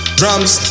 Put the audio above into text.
drums